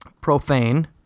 profane